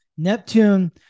Neptune